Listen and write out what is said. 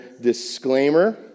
disclaimer